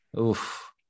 Oof